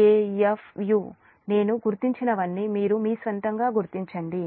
a f u నేను గుర్తించినవన్నీ మీరు మీ స్వంతంగా గుర్తించండి